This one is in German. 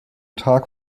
tag